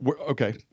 okay